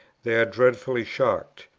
they are dreadfully shocked.